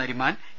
Nariman A